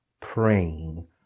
praying